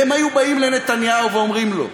והם היו באים לנתניהו ואומרים לו: